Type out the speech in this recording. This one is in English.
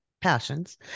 passions